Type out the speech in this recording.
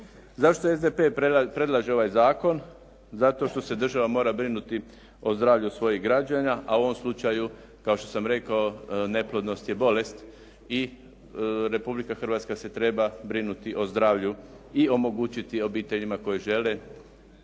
Zašto SDP predlaže ovaj zakon? Zato što se država mora brinuti o zdravlju svojih građana, a u ovom slučaju kao što sam rekao neplodnost je bolest i Republika Hrvatska se treba brinuti o zdravlju i omogućiti obiteljima koje žele